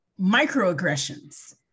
microaggressions